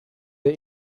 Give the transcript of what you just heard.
der